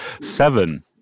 seven